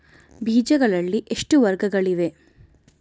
ಬೇಜಗಳಲ್ಲಿ ಎಷ್ಟು ವರ್ಗಗಳಿವೆ?